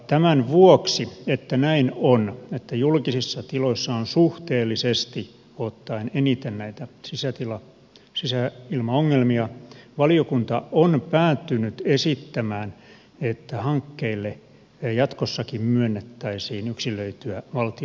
tämän vuoksi että näin on että julkisissa tiloissa on suhteellisesti ottaen eniten näitä sisäilmaongelmia valiokunta on päätynyt esittämään että hankkeille jatkossakin myönnettäisiin yksilöityä valtion tukea